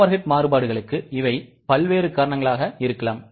overhead மாறுபாடுகளுக்கு இவை பல்வேறு காரணங்களாக இருக்கலாம்